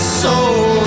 soul